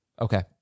Okay